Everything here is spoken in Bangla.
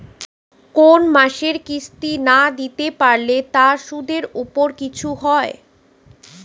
কোন মাসের কিস্তি না দিতে পারলে তার সুদের উপর কিছু হয়?